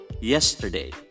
yesterday